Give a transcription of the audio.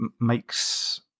makes